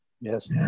Yes